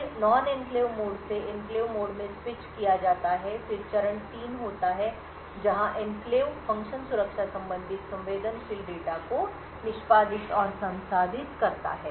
फिर non enclave mode से enclave mode में स्विच किया जाता है फिर चरण 3 होता है जहां एन्क्लेव फ़ंक्शन सुरक्षा संबंधित संवेदनशील डेटा को निष्पादित और संसाधित करता है